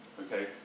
Okay